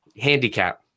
handicap